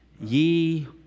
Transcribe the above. ye